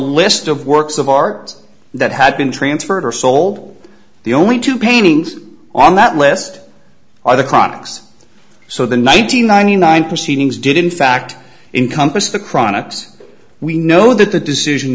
list of works of art that had been transferred her sole the only two paintings on that list are the comics so the nine hundred ninety nine proceedings did in fact in compass the chronics we know that the decision